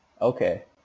okay